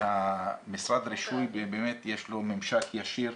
למשרד הרישוי יש ממשק ישיר.